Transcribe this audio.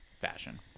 fashion